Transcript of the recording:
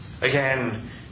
again